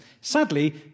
Sadly